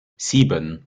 sieben